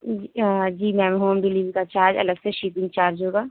جی ma'am home delivery کا charge الگ سے شیپنگ چارج ہوگا